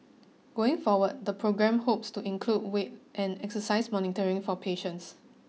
going forward the program hopes to include weight and exercise monitoring for patients